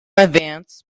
advance